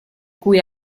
cui